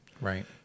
right